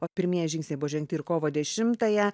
o pirmieji žingsniai bus žengti ir kovo dešimtąją